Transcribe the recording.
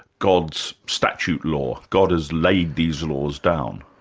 god's statue law, god has laid these laws down.